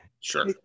sure